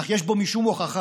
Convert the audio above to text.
אך יש בו משום הוכחה